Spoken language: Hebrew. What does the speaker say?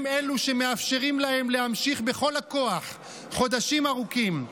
הם אלו שמאפשרים להם להמשיך בכל הכוח חודשים ארוכים.